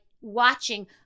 watching